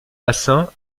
bassins